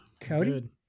Cody